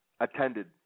attended